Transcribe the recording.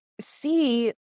see